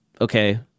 okay